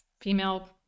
female